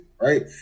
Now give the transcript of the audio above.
right